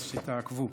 אז תעקבו.